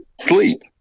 sleep